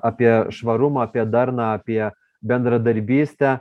apie švarumo darną apie bendradarbystę